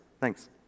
Thanks